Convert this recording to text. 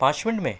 پانچ منٹ میں